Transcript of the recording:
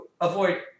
avoid